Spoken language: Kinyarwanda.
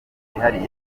yihariye